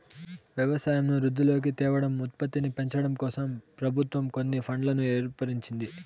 వ్యవసాయంను వృద్ధిలోకి తేవడం, ఉత్పత్తిని పెంచడంకోసం ప్రభుత్వం కొన్ని ఫండ్లను ఏర్పరిచింది